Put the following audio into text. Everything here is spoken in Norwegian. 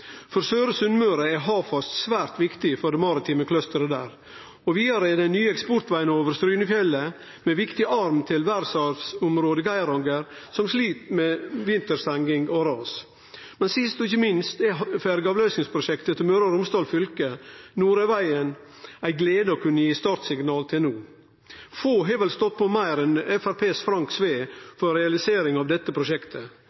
For søre Sunnmøre er Hafast svært viktig for det maritime klusteret der. Vidare er den nye eksportvegen over Strynefjellet viktig, med ein arm til verdsarvområdet Geiranger, som slit med vinterstenging og ras. Men sist og ikkje minst er ferjeavløysingsprosjektet til Møre og Romsdal fylke, Nordøyvegen, ei glede å kunne gi startsignal til no. Få har vel stått på meir enn Framstegspartiets Frank